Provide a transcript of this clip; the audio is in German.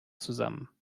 zusammen